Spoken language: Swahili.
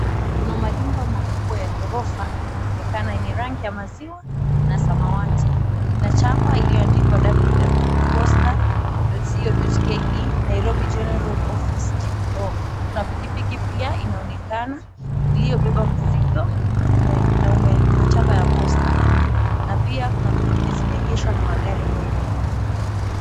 Kuna manyumba makubwa ya ghorofa inaonekana yenye rangi ya maziwa na samawati ina chapa iliyoandikwa, www.Posta .co.ke Nairobi General Office GPO. Kuna pikipiki pia inaonekana iliyobeba mizigo na una chapa ya posta na pia kuna pikipiki zimeegeshwa na magari mengi.